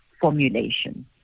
formulation